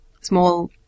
small